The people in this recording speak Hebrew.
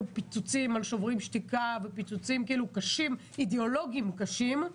פיצוצים אפילו על שוברים שתיקה ופיצוצים אידיאולוגיים קשים.